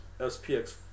SPX